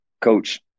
coach